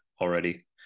already